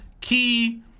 Key